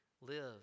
live